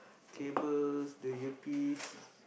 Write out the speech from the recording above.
cables the earpiece